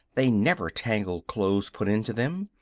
they never tangled clothes put into them.